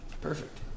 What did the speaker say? Perfect